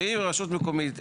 שאם רשות מקומית,